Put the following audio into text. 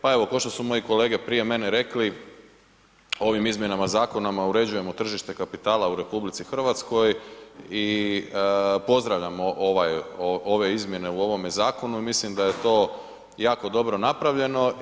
Pa evo pošto su moje kolege prije mene rekli, ovim izmjenama zakona uređujemo tržište kapitala u RH i pozdravljamo ove izmjene u ovome zakonu jer mislim da je to jako dobro napravljeno.